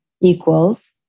equals